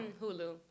Hulu